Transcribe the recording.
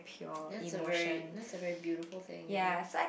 that's a very that's a very beautiful thing ya